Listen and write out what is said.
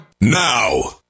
now